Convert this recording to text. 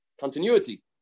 continuity